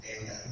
Amen